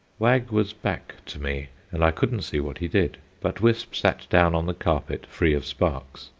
wag was back to me and i couldn't see what he did, but wisp sat down on the carpet free of sparks,